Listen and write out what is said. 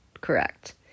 correct